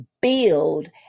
build